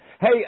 Hey